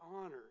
honors